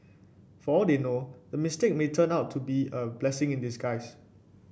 for all they know the mistake may turn out to be a blessing in disguise